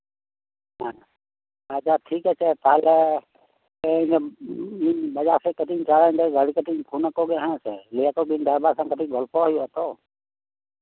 ᱦᱮᱸ ᱟᱪᱪᱷᱟ ᱴᱷᱤᱠ ᱟᱪᱷᱮ ᱛᱟᱦᱞᱮ ᱤᱧᱦᱚᱸ ᱠᱟᱹᱴᱤᱡ ᱵᱟᱡᱟᱨ ᱥᱮᱫ ᱠᱟᱹᱴᱤᱡ ᱪᱟᱞᱟᱣ ᱞᱮᱱᱜᱮ ᱜᱟᱹᱲᱤ ᱠᱟᱹᱴᱤᱡ ᱤᱧ ᱯᱷᱳᱱ ᱟᱠᱚ ᱜᱮ ᱞᱟᱹᱭ ᱟᱠᱚ ᱜᱤᱧ ᱰᱨᱟᱭᱵᱷᱟᱨ ᱥᱟᱶ ᱠᱟᱹᱴᱤᱡ ᱜᱚᱞᱯᱷᱚ ᱦᱩᱭᱩᱜᱼᱟ ᱛᱳ